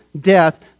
death